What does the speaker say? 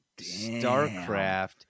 StarCraft